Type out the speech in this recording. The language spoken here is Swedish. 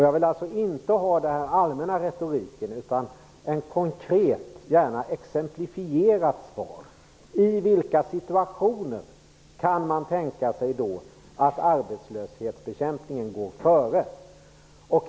Jag vill alltså inte ha den mer allmänna retoriken utan ett konkret och gärna exemplifierat svar. I vilka situationer kan man tänka sig att arbetslöshetsbekämpningen går före?